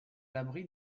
l’abri